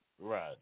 right